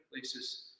places